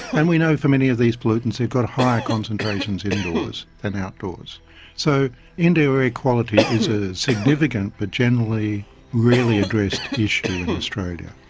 and we know for many of these pollutants they've got higher concentrations indoors than outdoors. so indoor air quality is a significant but generally rarely addressed issue in australia.